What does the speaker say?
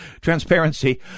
transparency